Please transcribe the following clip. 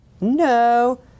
No